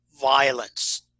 violence